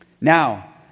Now